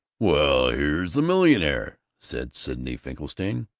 well, here's the millionaire! said sidney finkelstein.